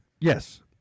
Yes